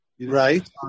Right